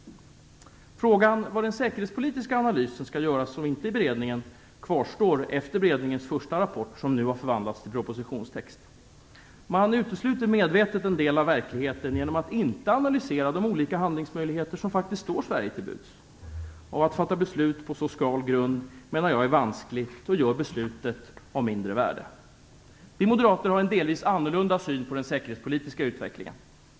Frågan var den säkerhetspolitiska analysen skall göras om inte i beredningen kvarstår efter beredningens första rapport, som nu har förvandlats till propositionstext. Man utesluter medvetet en del av verkligheten genom att inte analysera de olika handlingsmöjligheter som faktiskt står Sverige till buds. Jag menar att det är vanskligt att fatta beslut på så skral grund och att det gör beslutet av mindre värde. Vi moderater har en delvis annorlunda syn på den säkerhetspolitiska utvecklingen.